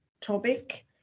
topic